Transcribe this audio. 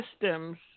systems